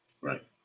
right